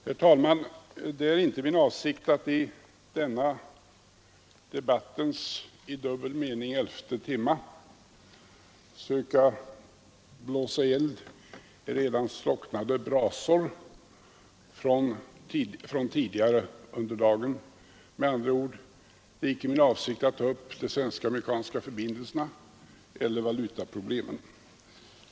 Herr talman! Det är inte min avsikt att i denna debattens i dubbel mening elfte timma söka blåsa eld i redan slocknade brasor från tidigare under dagen. Med andra ord är det inte min avsikt att ta upp de svensk-amerikanska förbindelserna eller valutaproblemen.